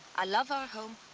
i love our home.